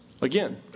Again